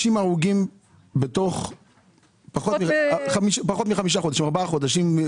60 הרוגים בפחות מחמישה חודשים.